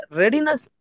readiness